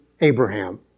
Abraham